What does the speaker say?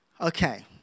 Okay